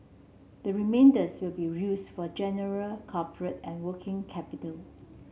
the remainders will be used for general corporate and working capital